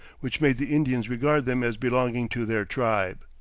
which made the indians regard them as belonging to their tribe.